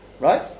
Right